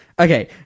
Okay